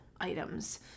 items